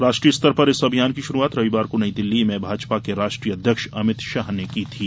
राष्ट्रीय स्तर पर इस अभियान की शुरुआत रविवार को नई दिल्ली में भाजपा के राष्ट्रीय अध्यक्ष अमित शाह ने की थी